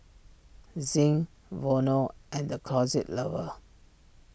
Zinc Vono and the Closet Lover